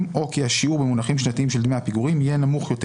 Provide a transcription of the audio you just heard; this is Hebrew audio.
או כי השיעור במונחים שנתיים של דמי הפיגורים יהיה נמוך יותר